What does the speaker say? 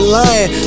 lying